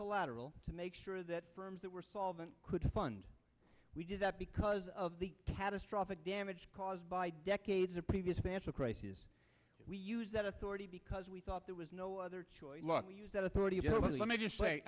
collateral to make sure that firms that were solvent could fund we do that because of the catastrophic damage caused by decades of previous financial crises we use that authority because we thought there was no other choice look we use that authority to let me just play